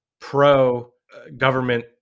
pro-government